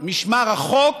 משמר החוק